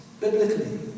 biblically